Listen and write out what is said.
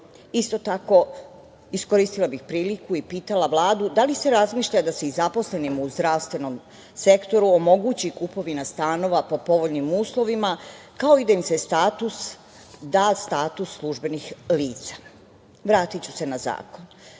tako, iskoristila bih priliku i pitala Vladu da li se razmišlja da se i zaposlenima u zdravstvenom sektoru omogući kupovina stanova po povoljnim uslovima, kao i da im se da status službenih lica? Vratiću se na zakon.